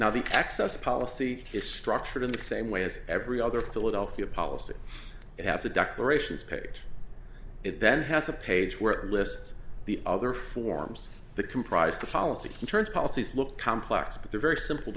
now the access policy is structured in the same way as every other philadelphia policy it has a doctor ations page it then has a page where lists the other forms the comprise the policy concerns policies look complex but they're very simple